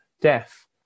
Death